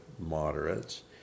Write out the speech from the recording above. moderates